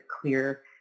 clear